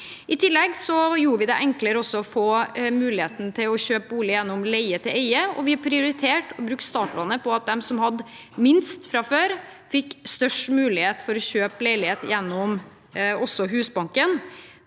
I tillegg gjorde vi det også enklere å få muligheten å kjøpe bolig gjennom leie til eie, og vi prioriterte å bruke startlånet på at de som hadde minst fra før, fikk størst mulighet til å kjøpe leilighet gjennom Husbanken.